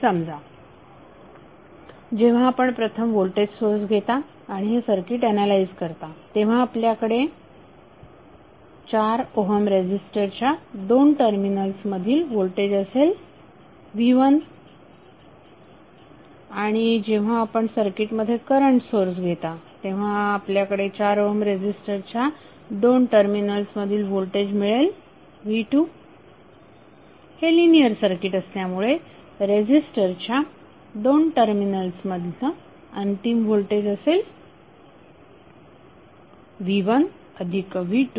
समजा जेव्हा आपण प्रथम व्होल्टेज सोर्स घेता आणि हे सर्किट ऍनालाइज करता तेव्हा आपल्याकडे 4 ओहम रेझीस्टरच्या दोन टर्मिनल्स मधील व्होल्टेज असेल v1आणि जेव्हा आपण सर्किटमध्ये करंट सोर्स घेता तेव्हा आपल्याकडे 4 ओहम रेझीस्टरच्या दोन टर्मिनल्स मधील व्होल्टेज मिळेल v2हे लिनियर सर्किट असल्यामुळे रेझीस्टरच्या दोन टर्मिनल्स मधील अंतिम व्होल्टेज असेल v1v2v